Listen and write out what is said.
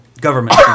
Government